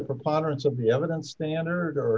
preponderance of the evidence